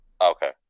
Okay